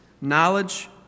Knowledge